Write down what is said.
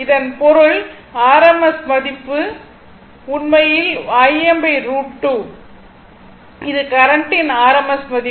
இதன் பொருள் rms மதிப்பு உண்மையில் Im√2 இது கரண்ட்டின் rms மதிப்பு